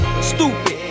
stupid